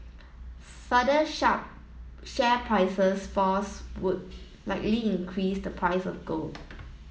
further share prices falls would likely increase the price of gold